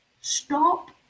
stop